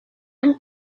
one